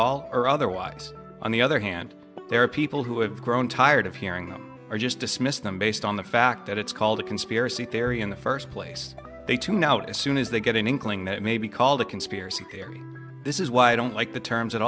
all or otherwise on the other hand there are people who have grown tired of hearing them or just dismiss them based on the fact that it's called a conspiracy theory in the first place they tune out as soon as they get an inkling that it may be called a conspiracy theory this is why i don't like the terms at